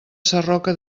sarroca